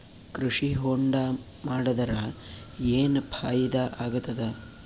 ಕೃಷಿ ಹೊಂಡಾ ಮಾಡದರ ಏನ್ ಫಾಯಿದಾ ಆಗತದ?